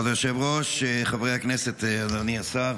כבוד היושב-ראש, חברי הכנסת, אדוני השר,